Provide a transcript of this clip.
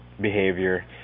behavior